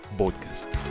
podcast